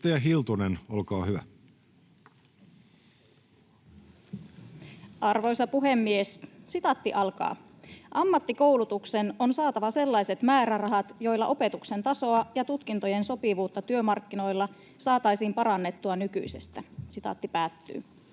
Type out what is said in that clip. Edustaja Hiltunen, olkaa hyvä. Arvoisa puhemies! ”Ammattikoulutuksen on saatava sellaiset määrärahat, joilla opetuksen tasoa ja tutkintojen sopivuutta työmarkkinoilla saataisiin parannettua nykyisestä.” Sitaatti on